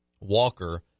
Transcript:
Walker